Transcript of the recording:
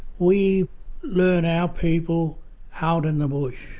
we learn our people out in the bush.